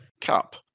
cup